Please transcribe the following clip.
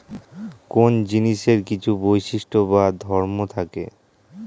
কোন জিনিসের কিছু বৈশিষ্ট্য বা ধর্ম থাকে